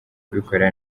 kubikora